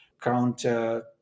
counter